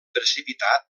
precipitat